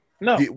No